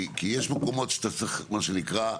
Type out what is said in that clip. כי יש מקומות שאתה צריך, מה שנקרא,